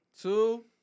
two